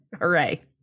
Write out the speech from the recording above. Hooray